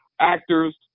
actors